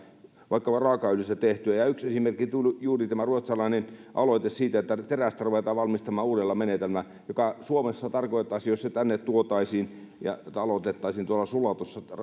vaikka raakaöljystä tehtyä ja yksi esimerkki on juuri tämä ruotsalainen aloite siitä että terästä ruvetaan valmistamaan uudella menetelmällä mikä suomessa tarkoittaisi sitä jos se tänne tuotaisiin ja aloitettaisiin tuolla sulatossa